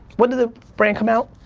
when did the brand come out?